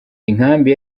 inkambi